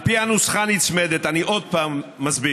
על פי הנוסחה הנצמדת, אני עוד פעם מסביר: